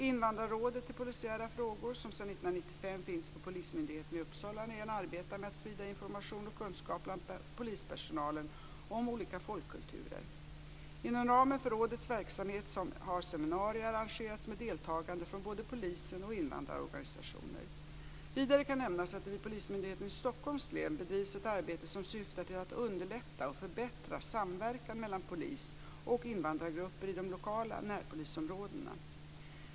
Invandrarrådet i polisiära frågor, som sedan 1995 finns vid Polismyndigheten i Uppsala län, arbetar med att sprida information och kunskap bland polispersonalen om olika folkkulturer. Inom ramen för rådets verksamhet har seminarier arrangerats med deltagare från både polisen och invandrarorganisationer. Vidare kan nämnas att det vid Polismyndigheten i Stockholms län bedrivs ett arbete som syftar till att underlätta och förbättra samverkan mellan polis och invandrargrupper i de lokala närpolisområdena.